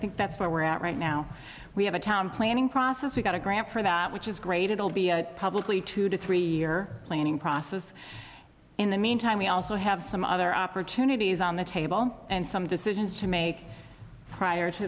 think that's where we're at right now we have a town planning process we've got a grant for that which is great it'll be publicly two to three year planning process in the meantime we also have some other opportunities on the table and some decisions to make prior to